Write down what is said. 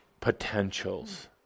potentials